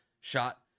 shot